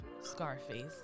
Scarface